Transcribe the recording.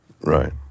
Right